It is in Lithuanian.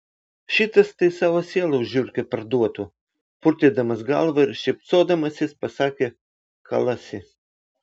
šitas tai savo sielą už žiurkę parduotų purtydamas galvą ir šypsodamasis pasakė kalasi